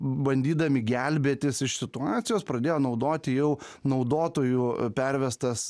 bandydami gelbėtis iš situacijos pradėjo naudoti jau naudotojų pervestas